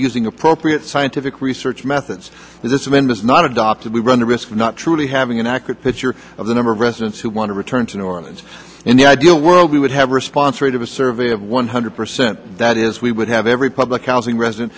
using appropriate scientific research methods that this man does not adopted we run the risk of not truly having an accurate picture of the number of residents who want to return to new orleans in the ideal world we would have response rate of a survey of one hundred percent that is we would have every public housing resident